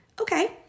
Okay